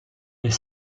est